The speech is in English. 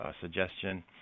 suggestion